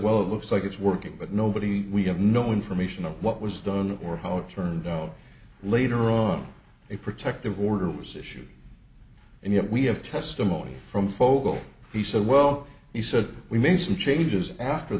well it looks like it's working but nobody we have no information on what was done or how it turned out later on a protective order was issued and yet we have testimony from fogle he said well he said we made some changes after